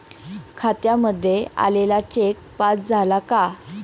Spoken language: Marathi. खात्यामध्ये आलेला चेक पास झाला का?